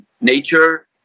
nature